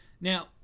Now